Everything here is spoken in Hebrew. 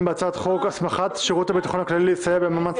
בהצעת חוק הסמכת שירות הביטחון הכללי לסייע במאמץ